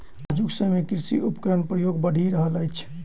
आजुक समय मे कृषि उपकरणक प्रयोग बढ़ि रहल अछि